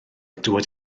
dŵad